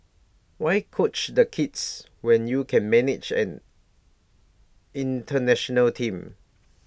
why coach the kids when you can manage an International team